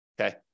okay